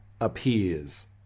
appears